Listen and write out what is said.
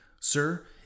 Sir